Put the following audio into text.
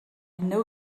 know